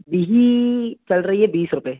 बिही चल रही है बीस रुपये